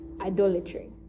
idolatry